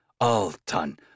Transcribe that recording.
al-tan